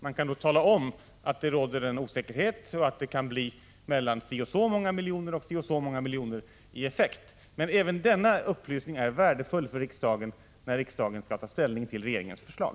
Man kan då tala om att det råder en osäkerhet att det kan bli mellan si och så många miljoner i effekt. Även denna upplysning är värdefull för riksdagen, när riksdagen skall ta ställning till regeringens förslag.